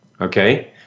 Okay